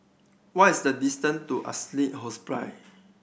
what is the distance to Assisi Hospice